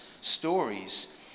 stories